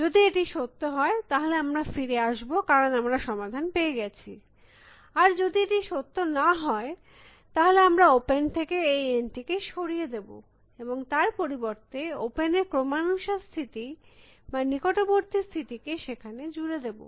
যদি এটি সত্য হয় তাহলে আমরা ফিরে আসব কারণ আমরা সমাধান পেয়ে গেছি আর যদি এটি সত্য না হয় তাহলে আমরা ওপেন থেকে এই N টিকে সরিয়ে দেব এবং তার পরিবর্তে ওপেন এর ক্রমানুসার স্থিতি বা নিকটবর্তী স্থিতি কে সেখানে জুড়ে দেব